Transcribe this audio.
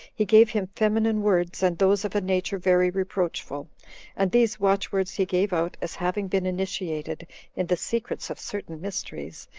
he gave him feminine words, and those of a nature very reproachful and these watchwords he gave out, as having been initiated in the secrets of certain mysteries,